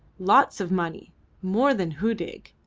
lots of money more than hudig!